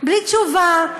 בלי תשובה.